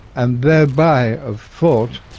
and thereby of thought.